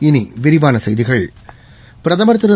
இனிவிரிவானசெய்திகள் பிரதமர் திரு